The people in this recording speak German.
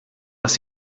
dass